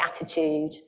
attitude